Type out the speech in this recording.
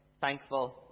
thankful